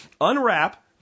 Unwrap